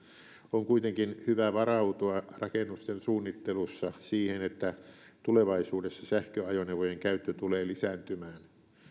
on kuitenkin hyvä varautua rakennusten suunnittelussa siihen että tulevaisuudessa sähköajoneuvojen käyttö tulee lisääntymään